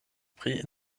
pri